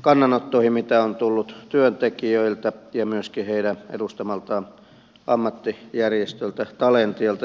kannanottoihin mitä on tullut työntekijöiltä ja myöskin heidän edustamaltaan ammattijärjestöltä talentialta